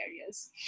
areas